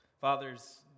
Fathers